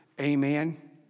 Amen